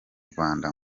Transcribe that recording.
rwanda